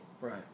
Right